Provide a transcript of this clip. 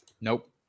Nope